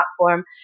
platform